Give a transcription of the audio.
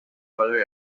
valore